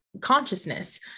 consciousness